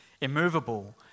immovable